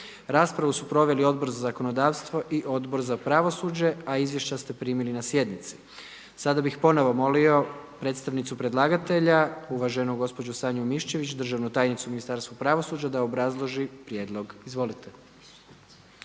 Raspravu su proveli Odbor za zakonodavstvo i Odbor za pravosuđe, a izvješća ste primili na sjednici. Sada bih ponovo molio predstavnicu predlagatelja uvaženu gospođu Sanju Mišević, državnu tajnicu u Ministarstvu pravosuđa da obrazloži prijedlog. Izvolite.